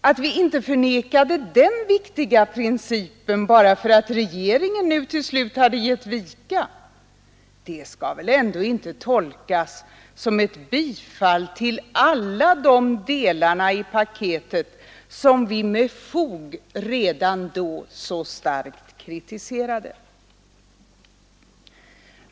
Att vi inte förnekade den viktiga principen bara för att regeringen till slut givit vika, kan väl ändå inte tolkas som ett bifall till alla de delar av paketet som vi med fog redan då så starkt kritiserade.